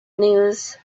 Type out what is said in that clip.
news